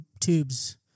tubes